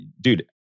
dude